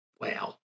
Wow